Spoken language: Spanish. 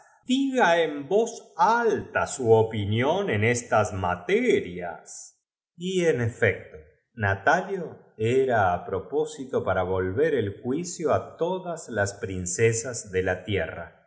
en voz alta sin adquirir ninguna importancia así es su opinión en esas materias que no se podía comprender cómo aque y en efecto natalio era á propósito llas piernas flacuchas aquellas débiles para volver el juicio á todas las princesas caderas aquel torso arrugadísimo podían de la tierra